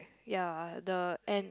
ya uh the and